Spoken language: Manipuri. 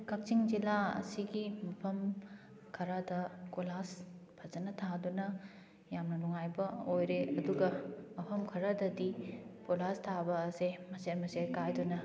ꯀꯛꯆꯤꯡ ꯖꯤꯂꯥ ꯑꯁꯤꯒꯤ ꯃꯐꯝ ꯈꯔꯗ ꯀꯣꯏꯂꯥꯁ ꯐꯖꯅ ꯊꯥꯗꯨꯅ ꯌꯥꯝꯅ ꯅꯨꯡꯉꯥꯏꯕ ꯑꯣꯏꯔꯦ ꯑꯗꯨꯒ ꯃꯐꯝ ꯈꯔꯗꯗꯤ ꯀꯣꯏꯂꯥꯁ ꯊꯥꯕ ꯑꯁꯦ ꯃꯆꯦꯠ ꯃꯆꯦꯠ ꯀꯥꯏꯗꯨꯅ